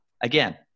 again